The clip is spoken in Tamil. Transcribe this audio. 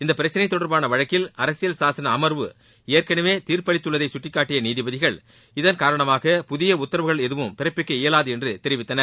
இப்பிரச்சனை தொடர்பான வழக்கில் அரசியல் சாசன அமர்வு ஏற்கனவே தீர்ப்பளித்துள்ளதை சுட்டிக்காட்டிய நீதிபதிகள் இதன் காரணமாக புதிய உத்தரவுகள் எதுவும் பிறப்பிக்க இயலாது என்று தெரிவித்தனர்